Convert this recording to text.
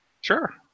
Sure